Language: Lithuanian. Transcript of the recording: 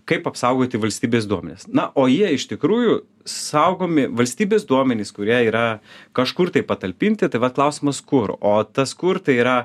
kaip apsaugoti valstybės duomenis na o jie iš tikrųjų saugomi valstybės duomenys kurie yra kažkur tai patalpinti tai va klausimas kur o tas kur tai yra